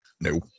No